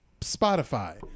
Spotify